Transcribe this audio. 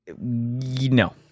No